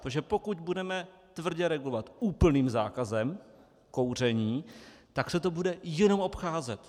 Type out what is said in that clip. Protože pokud budeme tvrdě regulovat úplným zákazem kouření, tak se to bude jenom obcházet.